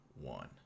one